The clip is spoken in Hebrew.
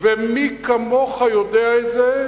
ומי כמוך יודע את זה,